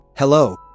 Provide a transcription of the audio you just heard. Hello